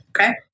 Okay